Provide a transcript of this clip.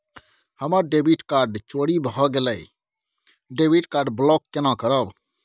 हमर debit card चोरी भगेलै डेबिट कार्ड ब्लॉक केना करब?